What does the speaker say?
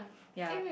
ya